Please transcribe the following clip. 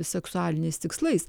seksualiniais tikslais